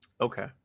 Okay